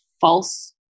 false